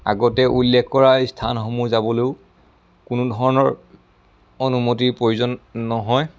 আগতে উল্লেখ কৰা স্থানসমূহ যাবলৈও কোনো ধৰণৰ অনুমতিৰ প্ৰয়োজন নহয়